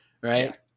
right